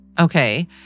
okay